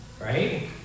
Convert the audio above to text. right